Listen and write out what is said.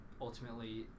ultimately